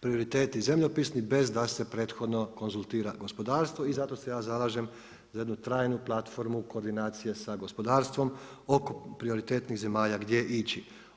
prioriteti zemljopisni bez da se prethodno konzultira gospodarstvo i zato se ja zalažem za jednu trajnu platformu koordinacije sa gospodarstvom oko prioritetnih zemalja gdje ići.